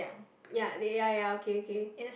ya they ya okay okay